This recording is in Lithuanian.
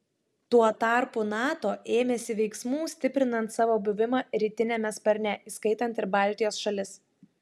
tuo tarpu nato ėmėsi veiksmų stiprinant savo buvimą rytiniame sparne įskaitant ir baltijos šalis